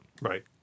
Right